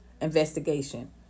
investigation